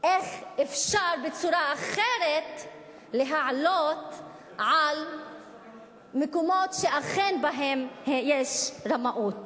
איך אפשר בצורה אחרת לעלות על מקומות שאכן בהם יש רמאות.